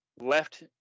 left